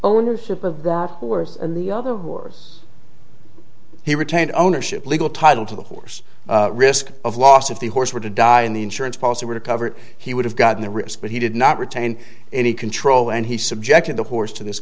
dark horse and the other wars he retained ownership legal title to the horse risk of loss if the horse were to die and the insurance policy were to cover it he would have gotten the risk but he did not retain any control and he subjected the horse to this